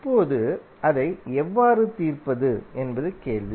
இப்போது அதை எவ்வாறு தீர்ப்பது என்பது கேள்வி